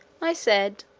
i said,